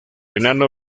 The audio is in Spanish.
enano